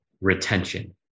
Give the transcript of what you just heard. retention